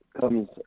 comes